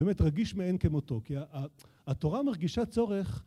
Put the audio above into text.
באמת, רגיש מעין כמותו, כי התורה מרגישה צורך